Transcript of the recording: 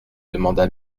demanda